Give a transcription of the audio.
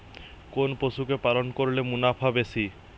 কোন পশু কে পালন করলে মুনাফা বেশি?